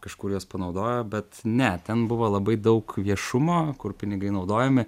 kažkur juos panaudojo bet ne ten buvo labai daug viešumo kur pinigai naudojami